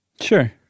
Sure